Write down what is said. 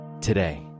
today